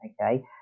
okay